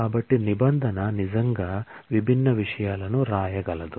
కాబట్టి నిబంధన నిజంగా విభిన్న విషయాలను వ్రాయగలదు